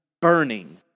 burning